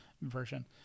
version